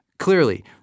Clearly